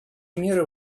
мера